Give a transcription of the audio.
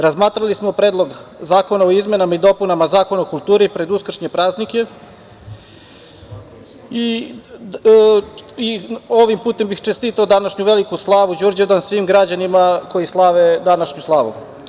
Razmatrali smo Predlog zakona o izmenama i dopunama Zakona o kulturu pred uskršnje praznike i ovim putem bih čestitao današnju veliku slavu Đurđevdan svim građanima koji slave današnju slavu.